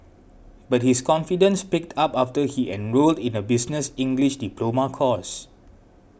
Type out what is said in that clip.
but his confidence picked up after he enrolled in a business English diploma course